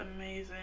amazing